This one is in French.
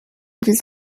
dix